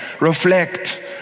Reflect